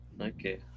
Okay